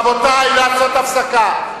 רבותי, לעשות הפסקה.